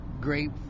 great